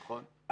נכון.